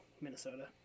Minnesota